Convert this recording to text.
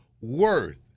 worth